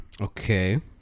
Okay